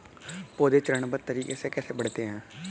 पौधे चरणबद्ध तरीके से कैसे बढ़ते हैं?